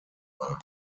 war